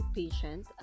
patient